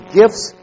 gifts